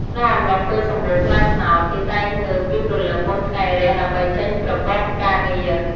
ក្នុងអំឡុងពេលសំបូរផ្លែត្នោត គេតែងងើបពីព្រលឹមមុនថ្ងៃរះ ដើម្បីចេញប្រកបការងារ។